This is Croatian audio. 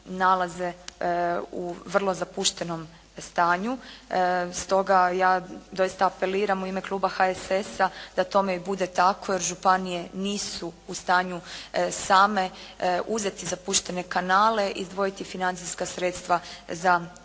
nalaze u vrlo zapuštenom stanju, stoga ja doista apeliram u ime kluba HSS-a da tome i bude tako jer županije nisu u stanju same uzetu zapuštene kanale, izdvojiti financijska sredstva za njihovo